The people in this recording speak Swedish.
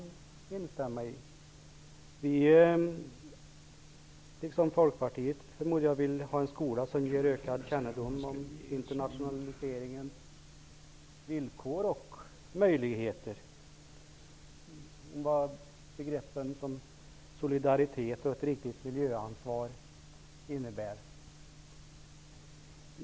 Vänsterpartiet vill liksom Folkpartiet, förmodar jag, ha en skola som ger ökad kännedom om internationaliseringens villkor och möjligheter och om vad begreppen solidaritet och ett riktigt miljöansvar innebär.